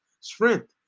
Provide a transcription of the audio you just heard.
strength